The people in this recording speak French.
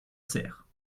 cère